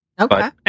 Okay